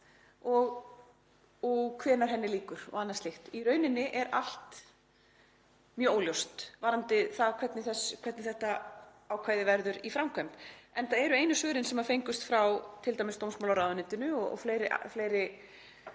og hvenær henni lýkur og annað slíkt. Í rauninni er allt mjög óljóst varðandi það hvernig þetta ákvæði verður í framkvæmd, enda eru einu svörin sem fengust frá t.d. dómsmálaráðuneytinu og fleiri